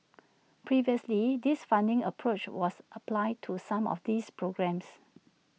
previously this funding approach was applied to some of these programmes